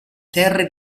terre